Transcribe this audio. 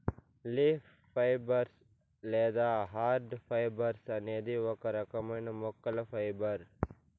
leaf fibres లేదా hard fibres అనేది ఒక రకమైన మొక్కల ఫైబర్